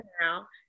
now